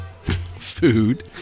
food